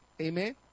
Amen